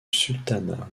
sultanat